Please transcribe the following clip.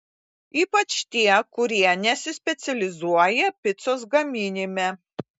ypač tie kurie nesispecializuoja picos gaminime